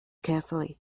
carefully